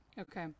okay